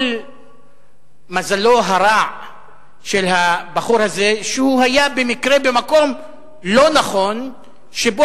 כל מזלו הרע של הבחור הזה הוא שהיה במקרה במקום לא נכון שבו